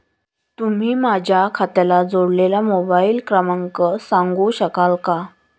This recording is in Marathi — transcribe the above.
तुम्ही माझ्या खात्याला जोडलेला मोबाइल क्रमांक सांगू शकाल का?